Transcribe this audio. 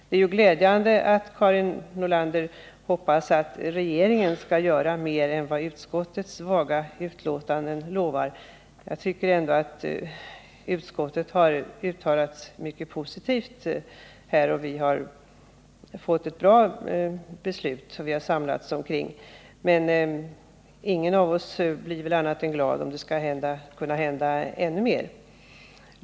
Det är glädjande att Karin Nordlander hoppas att regeringen skall göra mer än vad utskottets vaga uttalanden lovar. Jag tycker att utskottet har uttalat sig mycket positivt och att vi har samlats omkring ett bra beslut. Men ingen av oss blir väl annat än glad om det kan hända ännu mer.